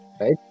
right